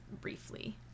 briefly